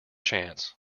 chance